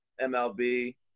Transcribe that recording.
MLB